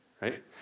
right